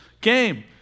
game